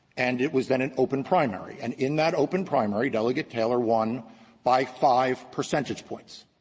and it was then an open primary. and in that open primary, delegate tyler won by five percentage points.